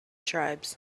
tribes